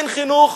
אין חינוך,